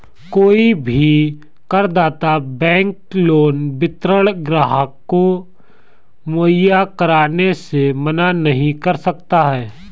कोई भी करदाता बैंक लोन विवरण ग्राहक को मुहैया कराने से मना नहीं कर सकता है